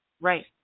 Right